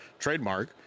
trademark